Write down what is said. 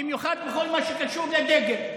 במיוחד בכל מה שקשור לדגל.